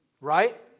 Right